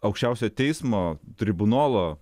aukščiausio teismo tribunolo